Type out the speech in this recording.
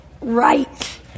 right